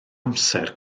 amser